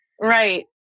Right